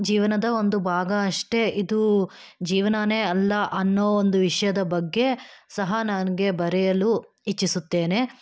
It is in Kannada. ಜೀವನದ ಒಂದು ಭಾಗ ಅಷ್ಟೇ ಇದು ಜೀವನನೆ ಅಲ್ಲ ಅನ್ನೋ ಒಂದು ವಿಷಯದ ಬಗ್ಗೆ ಸಹ ನನಗೆ ಬರೆಯಲು ಇಚ್ಛಿಸುತ್ತೇನೆ